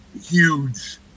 huge